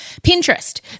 Pinterest